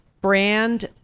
brand